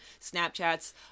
Snapchats